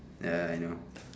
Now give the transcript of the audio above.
ya I know